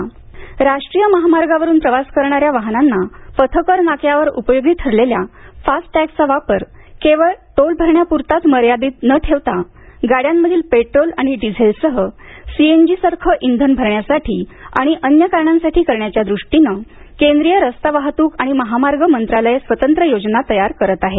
फारुट tag राष्ट्रीय महामार्गावरून प्रवास करणाऱ्या वाहनांना पथकर नाक्यावर उपयोगी ठरलेल्या फास्ट टॅगचा वापर केवळ टोल भरण्यापुरताच मर्यादित न ठेवता गाड्यांमधील पेट्रोल आणि डिझेल सह सी एन जी सारखं इंधन भरण्यासाठी आणि अन्य कारणांसाठी करण्याच्या दृष्टीनं केंद्रीय रस्ता वाहतूक आणि महामार्ग मंत्रालय स्वतंत्र योजना तयार करत आहे